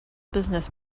business